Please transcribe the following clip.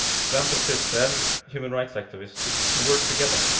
philanthropists and human rights activists to work together.